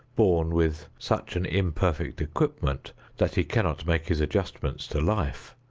born with such an imperfect equipment that he cannot make his adjustments to life,